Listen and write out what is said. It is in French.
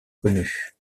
connue